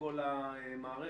לכל המערכת.